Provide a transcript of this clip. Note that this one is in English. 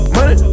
Money